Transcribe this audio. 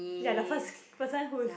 ya the first person whose